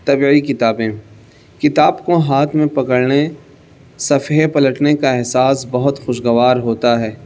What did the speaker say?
طبعی کتابیں کتاب کو ہاتھ میں پکڑنے صفحے پلٹنے کا احساس بہت خوشگوار ہوتا ہے